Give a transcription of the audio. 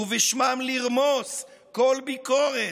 ובשמם לרמוס כל ביקורת,